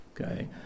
okay